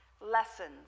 lessons